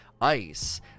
ice